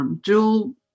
Jewel